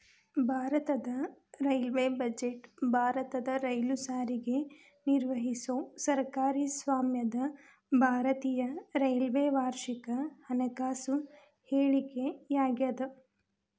ಭಾರತದ railway budget ಭಾರತದ rail ಸಾರಿಗೆ ನಿರ್ವಹಿಸೊ ಸರ್ಕಾರಿ ಸ್ವಾಮ್ಯದ ಭಾರತೇಯ ರೈಲ್ವೆ ವಾರ್ಷಿಕ ಹಣಕಾಸು ಹೇಳಿಕೆಯಾಗ್ಯಾದ